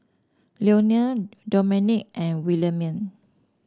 Lionel Domenick and Williemae